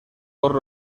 por